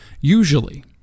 usually